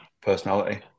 personality